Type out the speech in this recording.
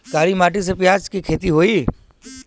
काली माटी में प्याज के खेती होई?